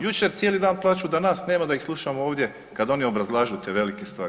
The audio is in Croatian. Jučer cijeli dan plaču da nas nema da ih slušamo ovdje kad oni obrazlažu te velike stvari.